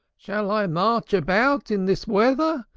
shall i march about in this weather?